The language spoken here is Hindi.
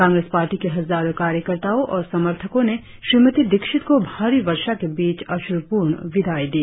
कांग्रेस पार्टी के हजारो कार्यकर्ताओ और समर्थको ने श्रीमती दीक्षित को भारी वर्षा के बीच अश्रुपूर्ण विदाई दी